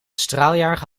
straaljager